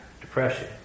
depression